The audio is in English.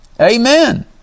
Amen